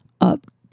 up